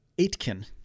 Aitken